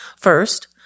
First